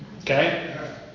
Okay